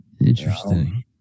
Interesting